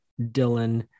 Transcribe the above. dylan